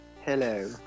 Hello